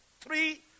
Three